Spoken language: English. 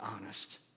honest